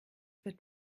wird